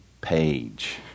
page